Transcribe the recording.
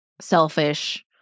selfish